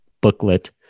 booklet